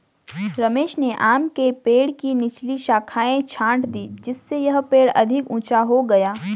रमेश ने आम के पेड़ की निचली शाखाएं छाँट दीं जिससे यह पेड़ अधिक ऊंचा हो जाएगा